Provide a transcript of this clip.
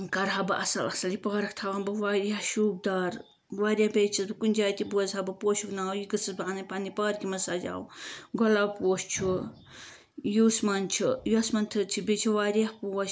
کَرہا بہٕ اصل اصل یہِ پارک تھاوہن بہٕ واریاہ شوٗب دار واریاہ بیٚیہِ چھس بہٕ کُنہِ تہِ جایہِ تہِ بوزہا بہٕ پوشُک ناو یہِ گٔژھٕس بہٕ اَنٕنۍ پَننہِ پارکہِ منٛز سجاوٕنۍ گۄلاب پوش چھُ یوسمان چھُ یوسمان تھٔر چھِ بیٚیہِ چھِ واریاہ پوش